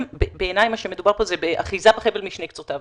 בעיניי, מה שמדובר פה, באחיזה בחבל משני קצותיו.